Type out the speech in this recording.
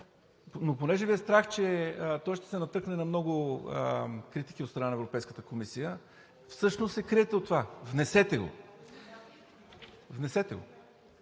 но понеже Ви е страх, че той ще се натъкне на много критики от страна на Европейската комисия и всъщност се криете от това. Внесете го! Ще